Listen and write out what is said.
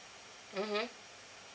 mmhmm